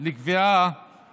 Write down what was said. לקביעת